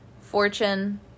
Fortune